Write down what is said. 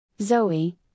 Zoe